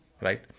right